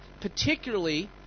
particularly